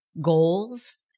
goals